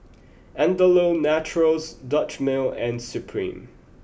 Andalou Naturals Dutch Mill and Supreme